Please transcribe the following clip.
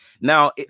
now